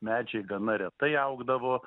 medžiai gana retai augdavo